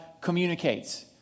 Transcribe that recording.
communicates